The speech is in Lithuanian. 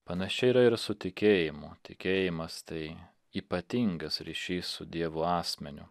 panašiai yra ir su tikėjimu tikėjimas tai ypatingas ryšys su dievu asmeniu